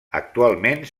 actualment